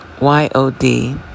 Y-O-D